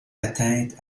atteinte